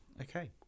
Okay